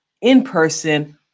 in-person